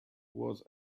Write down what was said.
was